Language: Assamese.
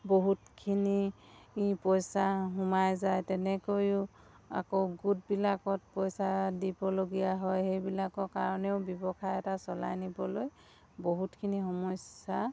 বহুতখিনি পইচা সোমাই যায় তেনেকৈয়ো আকৌ গোটবিলাকত পইচা দিবলগীয়া হয় সেইবিলাকৰ কাৰণেও ব্যৱসায় এটা চলাই নিবলৈ বহুতখিনি সমস্যা